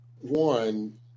One